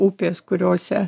upės kuriose